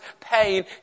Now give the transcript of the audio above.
pain